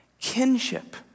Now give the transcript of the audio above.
Kinship